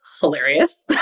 hilarious